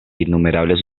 innumerables